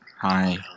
Hi